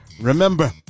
Remember